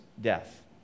death